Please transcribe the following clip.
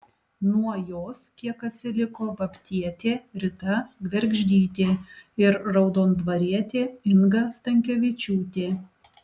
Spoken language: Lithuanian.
nuo jos kiek atsiliko babtietė rita gvergždytė ir raudondvarietė inga stankevičiūtė